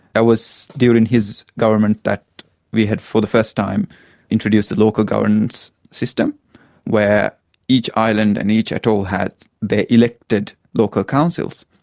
was during his government that we had for the first time introduced a local government system where each island and each atoll had their elected local councils.